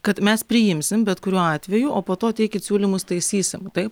kad mes priimsim bet kuriuo atveju o po to teikit siūlymus taisysim taip